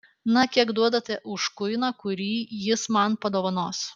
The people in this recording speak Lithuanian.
na kiek duodate už kuiną kurį jis man padovanos